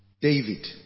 David